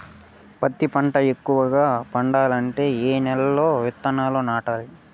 పత్తి పంట ఎక్కువగా పండాలంటే ఏ నెల లో విత్తనాలు నాటాలి?